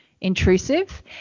intrusive